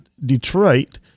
Detroit